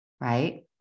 right